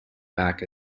back